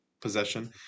possession